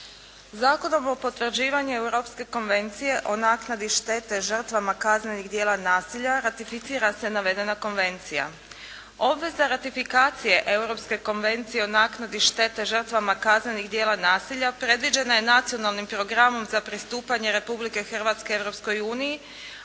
Zakonom o potvrđivanjem Europske konvencije o naknadi štete žrtvama kaznenih dijela nasilja ratificira se navedena konvencija. Obveza ratifikacije Europske konvencije o naknadi štete žrtvama kaznenih dijela nasilja predviđena je nacionalnim programom za pristupanje Republike Hrvatske